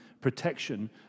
protection